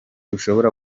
ushobora